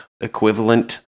equivalent